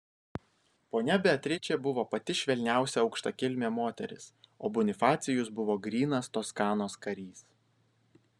ponia beatričė buvo pati švelniausia aukštakilmė moteris o bonifacijus buvo grynas toskanos karys